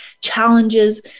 challenges